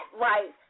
right